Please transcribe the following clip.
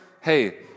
hey